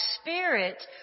spirit